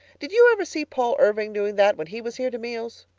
did you ever see paul irving doing that when he was here to meals?